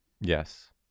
yes